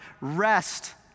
rest